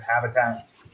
habitats